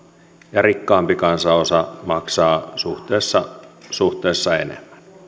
ja rikkaampi kansanosa maksaa suhteessa suhteessa enemmän